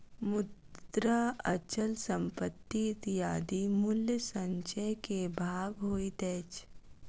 मुद्रा, अचल संपत्ति इत्यादि मूल्य संचय के भाग होइत अछि